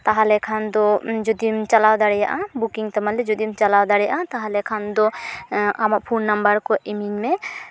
ᱛᱟᱦᱞᱮ ᱠᱷᱟᱱ ᱫᱚ ᱡᱩᱫᱤᱢ ᱪᱟᱞᱟᱣ ᱫᱟᱲᱮᱭᱟᱜᱼᱟ ᱵᱩᱠᱤᱝ ᱛᱟᱢᱟᱞᱮ ᱡᱩᱫᱤᱢ ᱪᱟᱞᱟᱣ ᱫᱟᱲᱮᱭᱟᱜᱼᱟ ᱛᱟᱦᱞᱮ ᱠᱷᱟᱱᱫᱚ ᱟᱢᱟᱜ ᱯᱷᱳᱱ ᱱᱟᱢᱵᱟᱨ ᱠᱚ ᱤᱢᱟᱹᱧ ᱢᱮ